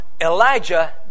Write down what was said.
Elijah